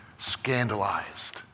scandalized